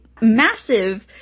massive